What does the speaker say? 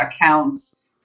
accounts